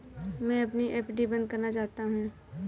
मैं अपनी एफ.डी बंद करना चाहता हूँ